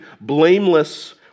blameless